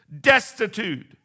destitute